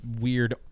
weird